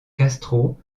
castro